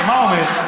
שמה אומר?